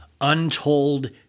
untold